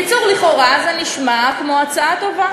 לכאורה זה נשמע כמו הצעה טובה,